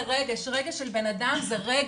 רגש של בן אדם זה רגש,